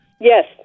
Yes